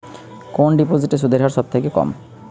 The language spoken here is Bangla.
কোন ডিপোজিটে সুদের হার সবথেকে কম?